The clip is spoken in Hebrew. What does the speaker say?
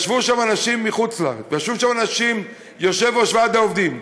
ישבו שם אנשים מחוץ-לארץ וישב שם יושב-ראש ועד העובדים.